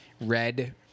red